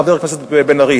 חבר הכנסת בן-ארי,